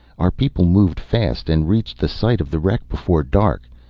our people moved fast and reached the site of the wreck before dark.